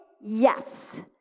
Yes